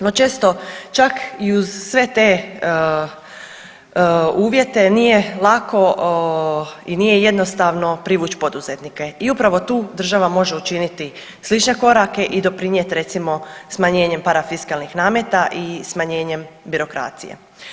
No, često čak i uz sve te uvjete nije lako i nije jednostavno privući poduzetnike i upravo tu država može učiniti slične korake i doprinijeti recimo smanjenjem parafiskalnih nameta i smanjenjem birokracije.